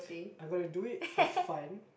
I gotta do it for fun